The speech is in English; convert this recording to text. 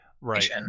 Right